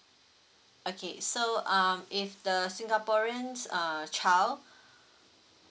okay so um if the singaporean's uh child